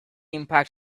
impact